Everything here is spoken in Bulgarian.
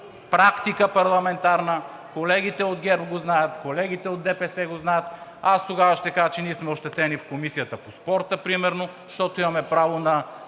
практика. Колегите от ГЕРБ го знаят, колегите от ДПС го знаят. Аз тогава ще кажа, че ние сме ощетени в Комисията по спорта примерно, защото имаме право на